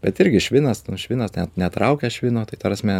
bet irgi švinas švinas net netraukia švino tai ta prasme